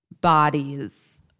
bodies